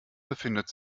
befindet